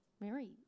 Mary